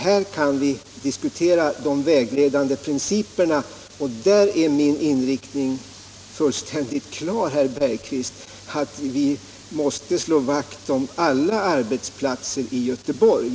Här kan vi diskutera de vägledande principerna, och där är min uppfattning fullständigt klar, herr Bergqvist. Vi måste slå vakt om alla arbetsplatser i Göteborg.